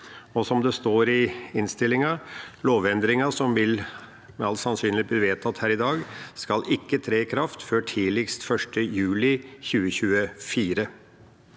Som det står i innstillingen skal lovendringen, som med all sannsynlighet vil bli vedtatt her i dag, ikke tre i kraft før tidligst 1. juli 2024.